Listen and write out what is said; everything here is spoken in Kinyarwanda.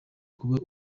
kuba